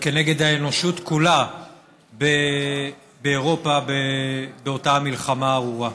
ונגד האנושות כולה באירופה, באותה מלחמה ארורה.